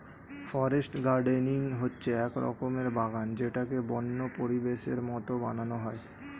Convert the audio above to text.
forest gardening হচ্ছে এক রকমের বাগান যেটাকে বন্য পরিবেশের মতো বানানো হয়